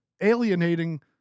alienating